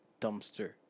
Dumpster